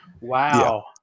Wow